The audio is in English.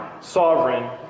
sovereign